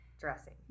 dressing